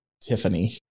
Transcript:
tiffany